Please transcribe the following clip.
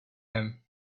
him